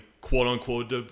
quote-unquote